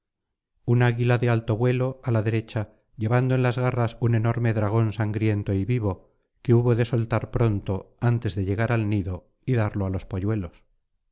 un águila de alto vuelo á la derecha llevando en las garras un enorme dragón sangriento y vivo que hubo de soltar pronto antes de llegar al nido y darlo á los pouuelos